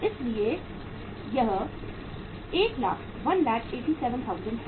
इसलिए यह 187000 है